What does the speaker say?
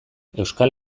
euskal